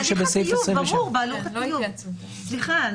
נכון.